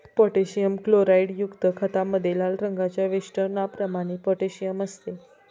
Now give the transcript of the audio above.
potassium क्लोराईडयुक्त खतामध्ये लाल रंगाच्या वेष्टनाप्रमाणे पोटॅशियम असते